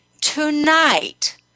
tonight